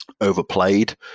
overplayed